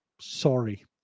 sorry